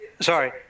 Sorry